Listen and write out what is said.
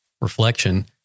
reflection